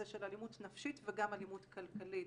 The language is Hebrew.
של אלימות נפשית וגם אלימות כלכלית,